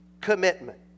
commitment